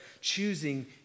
choosing